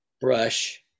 brush